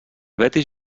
betis